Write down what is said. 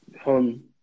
home